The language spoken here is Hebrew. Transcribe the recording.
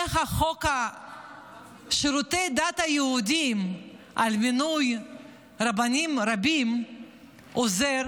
איך חוק שירותי הדת היהודיים על מינוי רבנים רבים עוזר,